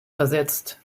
versetzt